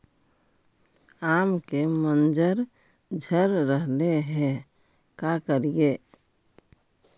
आम के मंजर झड़ रहले हे का करियै?